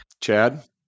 Chad